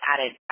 added